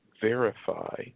verify